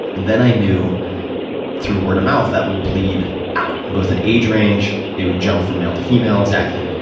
then i knew through word of mouth, that would bleed out both in age range it would jump from male to female. exactly.